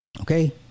okay